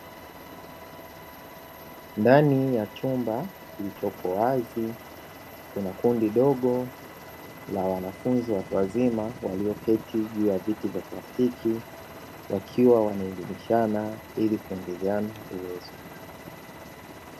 Ndani ya chumba kilichopo wazi kuna kundi dogo la wanafunzi watu wazima walioketi juu ya viti vya plastiki; wakiwa wanaelimishana ili kuongezeana uwezo.